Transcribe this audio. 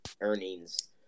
earnings